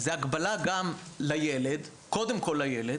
זו הגבלה קודם כול מבחינת הילד,